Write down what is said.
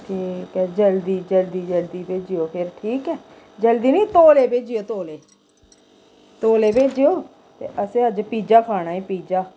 ठीक ऐ ते जल्दी जल्दी जल्दी भेजओ फिर ठीक ऐ जल्दी नी तौले भेजेओ तौले तौले भेजेओ ते असें अज्ज पिज्जा खाना ई पिज्जा